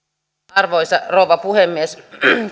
arvoisa rouva puhemies